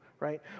right